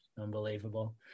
Unbelievable